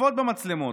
לצפות במצלמות,